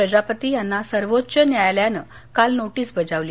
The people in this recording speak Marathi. प्रजापती यांना सर्वोच्च न्यायालयानं काल नोटीस बाजवली